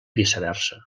viceversa